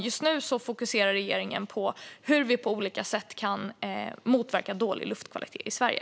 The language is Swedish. Just nu fokuserar regeringen på hur vi på olika sätt kan motverka dålig luftkvalitet i Sverige.